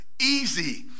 easy